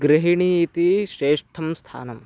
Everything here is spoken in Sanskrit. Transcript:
गृहिणी इति श्रेष्ठं स्थानं